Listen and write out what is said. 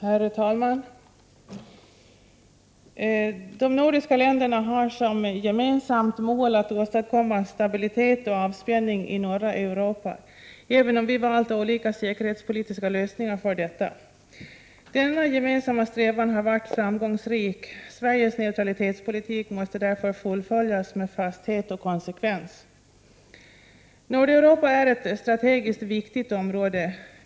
Herr talman! De nordiska länderna har som gemensamt mål att åstadkomma stabilitet och avspänning i norra Europa, även om vi valt olika säkerhetspolitiska lösningar. Denna gemensamma strävan har varit framgångsrik. Sveriges neutralitetspolitik måste därför fullföljas med fasthet och konsekvens. Nordeuropa är ett strategiskt viktigt område.